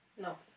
No